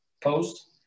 post